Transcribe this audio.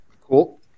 Cool